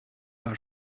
are